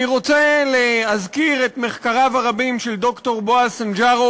אני רוצה להזכיר את מחקריו הרבים של ד"ר בועז סנג'רו